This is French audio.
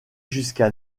jusqu’à